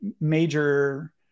major